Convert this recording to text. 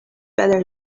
better